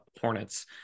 Hornets